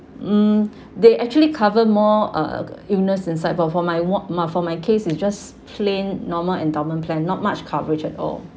mm they actually cover more uh illness inside for for my one for my case is just plain normal endowment plan not much coverage at all